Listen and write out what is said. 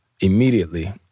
immediately